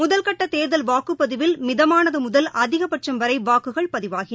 முதல்கட்டதேர்தல் வாக்குப்பதிவில் மிதமானதுமுதல் அதிகபட்சம் வரைவாக்குகள் பதிவாகின